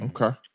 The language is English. okay